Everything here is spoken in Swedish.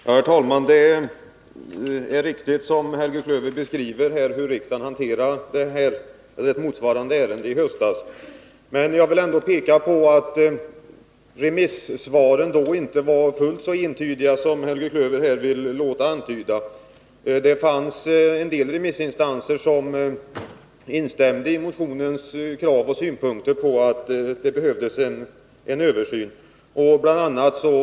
Herr talman! Det är riktigt, som Helge Klöver här beskriver, att riksdagen behandlade ett motsvarande ärende i höstas. Jag vill peka på att remissvaren då inte var fullt så entydiga som Helge Klöver vill låta antyda. Det fanns en del remissinstanser som instämde i motionens krav och synpunkter på att det behövdes en översyn av lagen om TV-övervakning. BI.